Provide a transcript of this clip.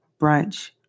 brunch